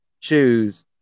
choose